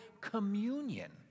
communion